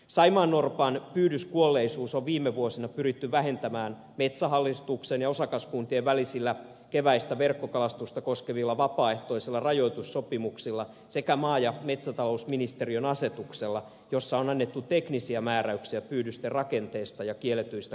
saimaannorpan pyydyskuolleisuutta on viime vuosina pyritty vähentämään metsähallituksen ja osakaskuntien välisillä keväistä verkkokalastusta koskevilla vapaaehtoisilla rajoitussopimuksilla sekä maa ja metsätalousministeriön asetuksella jossa on annettu teknisiä määräyksiä pyydysten rakenteesta ja kielletyistä kalastusmenetelmistä